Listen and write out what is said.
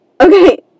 okay